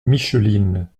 micheline